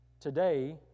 Today